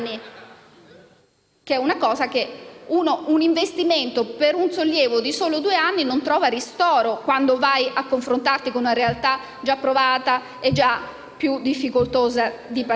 due anni, ma un investimento, se il sollievo è di soli due anni, non trova ristoro quando vai a confrontarti con una realtà già provata e difficoltosa in partenza.